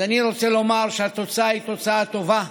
אז אני רוצה לומר שהתוצאה היא תוצאה טובה,